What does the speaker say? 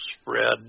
spread